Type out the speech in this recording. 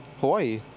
Hawaii